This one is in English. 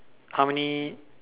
how many